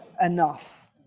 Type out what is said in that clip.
enough